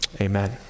Amen